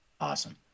Awesome